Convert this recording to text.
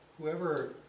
Whoever